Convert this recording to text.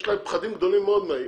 יש להם פחדים גדולים מאוד מהאיחוד,